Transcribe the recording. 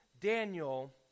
Daniel